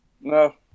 No